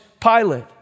Pilate